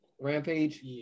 Rampage